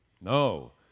No